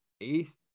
eighth